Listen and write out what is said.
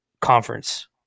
conference